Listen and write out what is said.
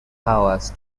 powers